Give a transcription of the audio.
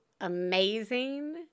amazing